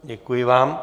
Děkuji vám.